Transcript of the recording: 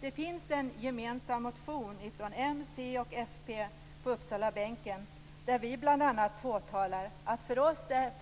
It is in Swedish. Det finns en gemensam motion från ledamöterna från m, c och fp på Uppsalabänken där vi bl.a. påtalar att för oss är